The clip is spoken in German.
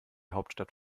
hauptstadt